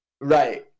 right